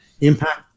Impact